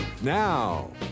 Now